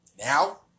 Now